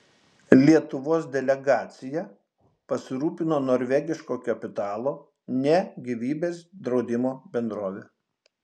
lietuvos delegacija pasirūpino norvegiško kapitalo ne gyvybės draudimo bendrovė